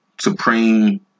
supreme